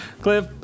Cliff